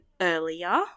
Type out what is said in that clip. earlier